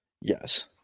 Yes